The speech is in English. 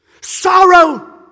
Sorrow